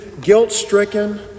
guilt-stricken